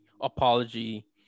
apology